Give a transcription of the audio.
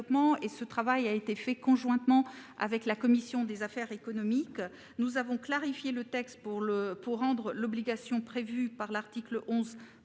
ce travail a été mené conjointement avec la commission des affaires économiques. Nous avons clarifié le texte pour rendre l'obligation prévue à l'article 11